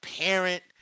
parent